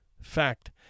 Fact